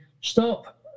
stop